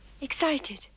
excited